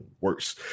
worse